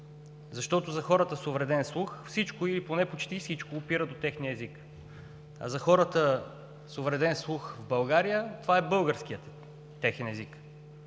защото за хората с увреден слух всичко или поне почти всичко опира до техния език. За хората с увреден слух в България, е българският техен език.